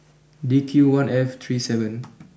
D Q one F three seven